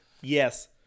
Yes